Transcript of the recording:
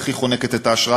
ואיך היא חונקת את האשראי,